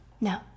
No